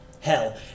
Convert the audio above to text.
Hell